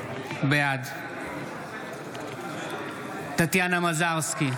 בעד טטיאנה מזרסקי,